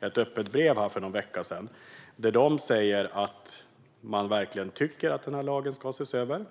ett öppet brev för någon vecka sedan till justitieministern där de säger att man verkligen tycker att den här lagen ska ses över.